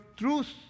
truth